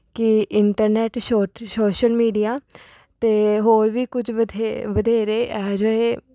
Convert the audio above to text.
ਕਿ ਇੰਟਰਨੈੱਟ ਸੋਟ social media ਅਤੇ ਹੋਰ ਵੀ ਕੁਝ ਬਥੇ ਵਧੇਰੇ ਇਹੋ ਜਿਹੇ